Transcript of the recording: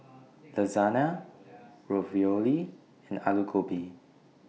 Lasagna Ravioli and Alu Gobi